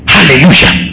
Hallelujah